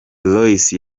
royce